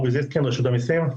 אורי זיסקינד מרשות המיסים.